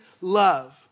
love